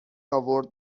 آورد